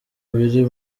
biri